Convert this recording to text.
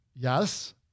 Yes